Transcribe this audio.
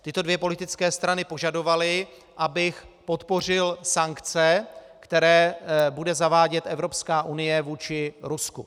Tyto dvě politické strany požadovaly, abych podpořil sankce, které bude zavádět Evropská unie vůči Rusku.